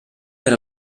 per